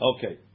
Okay